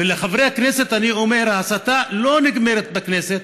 ולחברי הכנסת אני אומר: ההסתה לא נגמרת בכנסת,